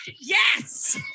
Yes